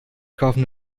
kaufen